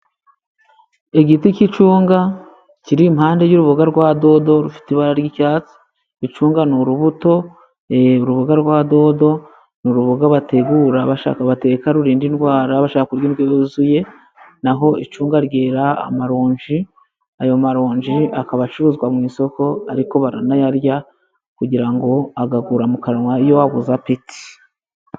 Igiti c' icunga kiri impande y' uruboga rwa dodo, rufite ibara ry' icyatsi. Icunga ni urubuto, uruboga rwa dodo ni: uruboga bategura bateka, rurinda indwara, bashaka kurya indyo yuzuye; naho icunga ryera, amaronji ayo (maronji) akaba acuruzwa mu isoko, ariko baranayarya kugira ngo agagura mu kanwa iyo wabuze apeti.